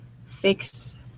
fix